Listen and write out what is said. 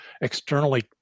externally